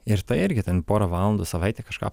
ir tai irgi ten porą valandų į savaitę kažką